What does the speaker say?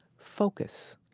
focus.